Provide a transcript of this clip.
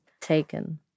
taken